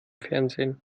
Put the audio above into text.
fernsehen